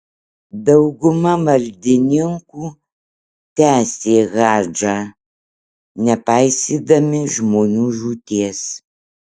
dauguma maldininkų tęsė hadžą nepaisydami žmonių žūties